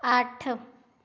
ਅੱਠ